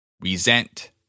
Resent